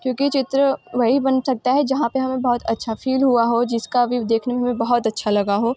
क्योंकि चित्र वही बन सकता है जहाँ पर हमें बहुत अच्छा फील हुआ हो जिसका व्यू देखने में हमें बहुत अच्छा लगा हो